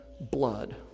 blood